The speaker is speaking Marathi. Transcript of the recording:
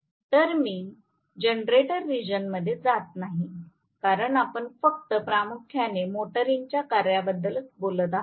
तर मी जनरेटर रिजन मध्ये जात नाही कारण आपण फक्त प्रामुख्याने मोटरिंगच्या कार्यातच बोलत आहे